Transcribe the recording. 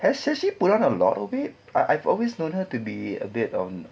has ashley put on a lot of weight I I've always known her to be a bit of